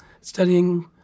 studying